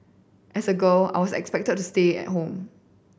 as a girl I was expected to stay at home